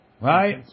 right